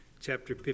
Chapter